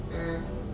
ah